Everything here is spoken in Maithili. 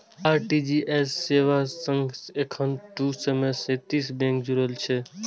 आर.टी.जी.एस सेवा सं एखन दू सय सैंतीस बैंक जुड़ल छै